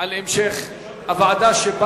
61